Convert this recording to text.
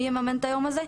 מי יממן את היום הזה?